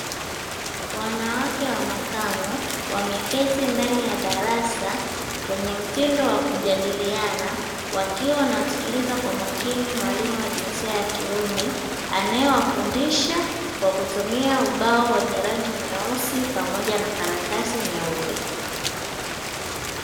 Wanawake wa makamu wameketi ndani ya darasa kwenye mtindo wa kujadiliana wakiwa wanamsikiliza kwa makini mwalimu wa jinsia ya kiume anaewafundisha kwa kutumia ubao wenye rangi nyeusi pamoja na karatasi nyeupe.